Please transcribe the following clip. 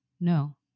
no